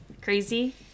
Crazy